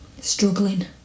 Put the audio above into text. Struggling